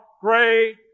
great